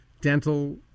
dental